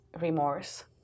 Remorse